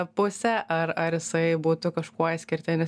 pusę ar ar jisai būtų kažkuo išskirtinis